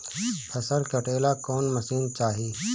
फसल काटेला कौन मशीन चाही?